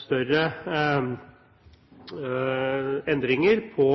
større endringer på